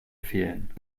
fehlen